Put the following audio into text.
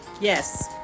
Yes